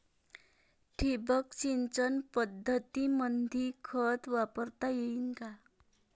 ठिबक सिंचन पद्धतीमंदी खत वापरता येईन का?